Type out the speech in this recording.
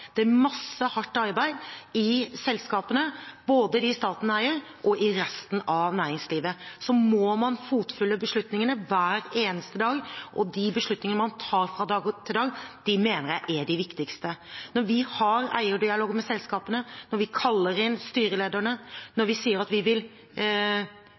Det er masse hardt arbeid i selskapene, både i dem som staten eier og i resten av næringslivet. Man må fotfølge beslutningene hver eneste dag, og de beslutningene man tar fra dag til dag, mener jeg er de viktigste. Vi har eierdialog med selskapene, vi kaller inn styrelederne,